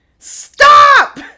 Stop